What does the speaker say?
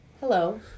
Hello